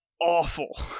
awful